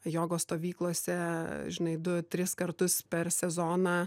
jogos stovyklose žinai du tris kartus per sezoną